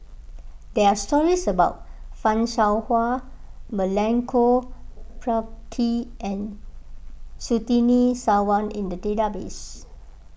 there are stories about Fan Shao Hua Milenko Prvacki and Surtini Sarwan in the database